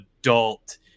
adult